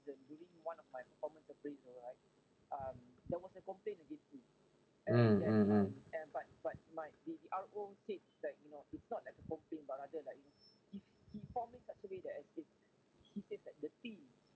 mm mm mm